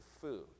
food